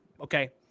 Okay